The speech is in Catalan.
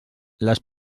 les